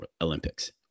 Olympics